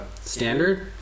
standard